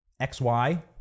XY